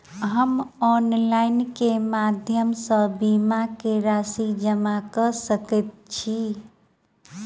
हम ऑनलाइन केँ माध्यम सँ बीमा केँ राशि जमा कऽ सकैत छी?